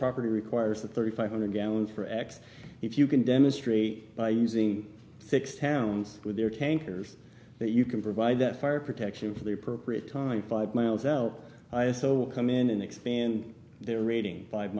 property requires the thirty five hundred gallons for x if you can demonstrate by using six towns with air tankers that you can provide that fire protection for the appropriate time five miles out so come in and expand their rating five